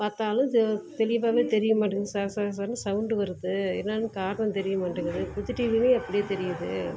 பார்த்தாலும் தெ தெளிவாகவே தெரிய மாட்டேங்குது சர சர சரன்னு சவுண்டு வருது என்னென்னு காரணம் தெரிய மாட்டேங்குது புது டிவிலேயும் அப்படியே தெரியுது